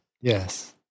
yes